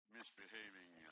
misbehaving